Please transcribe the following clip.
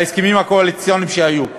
להסכמים הקואליציוניים שהיו.